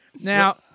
Now